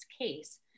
case